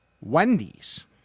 wendy's